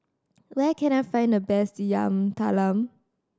where can I find the best Yam Talam